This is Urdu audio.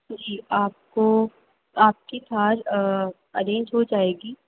جی آپ کو آپ کی کار ارینج ہو جائے گی